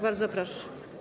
Bardzo proszę.